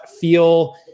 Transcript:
feel